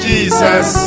Jesus